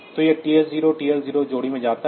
तो यह TH0 TL0 जोड़ी में जाता है